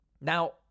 Now